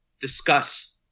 discuss